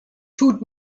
tut